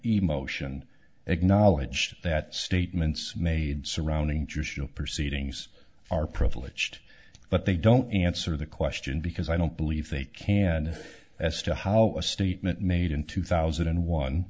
emotion acknowledged that statements made surrounding judicial proceedings are privileged but they don't answer the question because i don't believe they can if as to how a statement made in two thousand and one